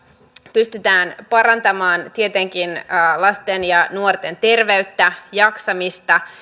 pystytään parantamaan tietenkin lasten ja nuorten terveyttä jaksamista